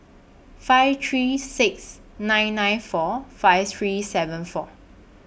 five three six nine nine four five three seven four